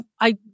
I-